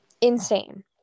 Insane